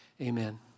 amen